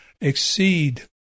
exceed